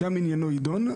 שם עניינו יידון,